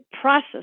process